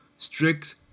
Strict